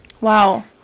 wow